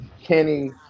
Kenny